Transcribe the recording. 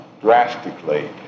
drastically